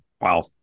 Wow